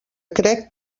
crec